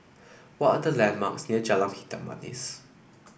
what are the landmarks near Jalan Hitam Manis